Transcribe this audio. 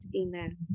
Amen